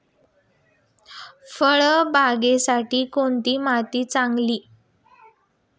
फळबागेसाठी कोणती माती चांगली?